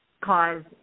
cause